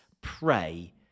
Pray